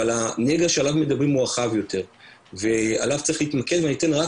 אבל הנגע שעליו מדברים הוא רחב יותר ובו צריך להתמקד ואני אתן רק